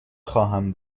خواهم